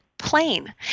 plain